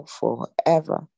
forever